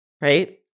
right